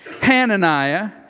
Hananiah